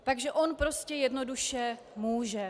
Takže on prostě jednoduše může.